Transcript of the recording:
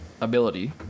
ability